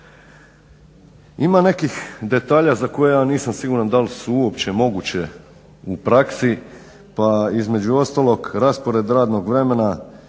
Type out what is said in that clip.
Ima nekih detalja za koje ja nisam siguran da li su uopće moguće u praksi pa između ostalog raspored radnog vremena,